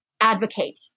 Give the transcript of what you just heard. advocate